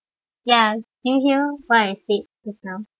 hello ya do you hear what I said just now